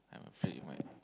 I'm afraid it might